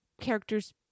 characters